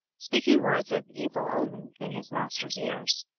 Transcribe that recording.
speaking words of evil omen in his master's ears,